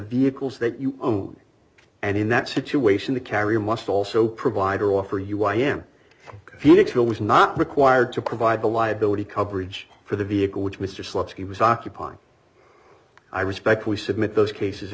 vehicles that you own and in that situation the carrier must also provide or offer you i am phoenixville was not required to provide the liability coverage for the vehicle which mr slutsky was occupying i respectfully submit those cases